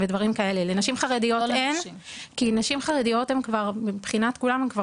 לנשים חרדיות אין כי נשים חרדיות הן כבר בשוק התעסוקה מבחינתנו.